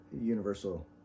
Universal